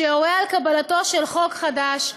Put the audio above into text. שיורה על קבלתו של חוק חדש,